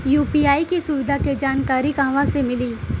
UPI के सुविधा के जानकारी कहवा से मिली?